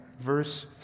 Verse